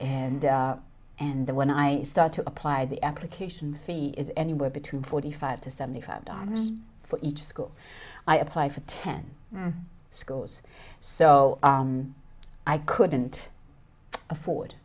and then when i start to apply the application fee is anywhere between forty five to seventy five dollars for each school i apply for ten schools so i couldn't afford